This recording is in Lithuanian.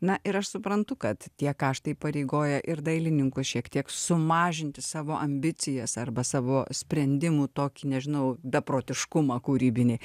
na ir aš suprantu kad tie kaštai įpareigoja ir dailininkus šiek tiek sumažinti savo ambicijas arba savo sprendimų tokį nežinau beprotiškumą kūrybinį